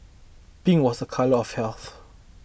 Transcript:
pink was a colour of health